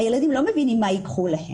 הילדים לא מבינים מה ייקחו להם,